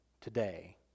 today